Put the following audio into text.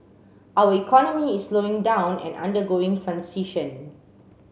our economy is slowing down and undergoing transition